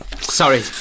Sorry